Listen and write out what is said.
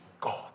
God